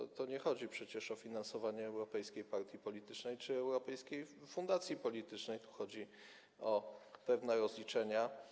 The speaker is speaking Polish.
Tu przecież nie chodzi o finansowanie europejskiej partii politycznej czy europejskiej fundacji politycznej, tu chodzi o pewne rozliczenia.